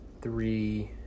Three